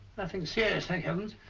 nothing serious, thank heavens.